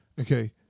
okay